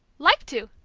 like to,